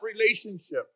relationship